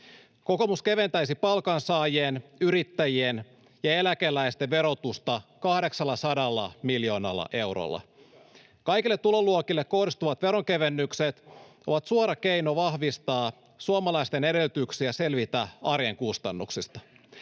Kokoomus keventäisi palkansaajien, yrittäjien ja eläkeläisten verotusta 800 miljoonalla eurolla. Kaikille tuloluokille kohdistuvat veronkevennykset ovat suora keino vahvistaa suomalaisten edellytyksiä selvitä arjen kustannuksista.